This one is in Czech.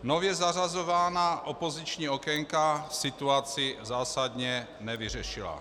Nově zařazovaná opoziční okénka situaci zásadně nevyřešila.